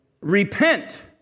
Repent